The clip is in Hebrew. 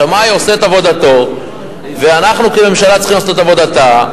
השמאי עושה את עבודתו ואנחנו כממשלה צריכים לעשות את עבודתה,